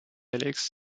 alex